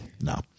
no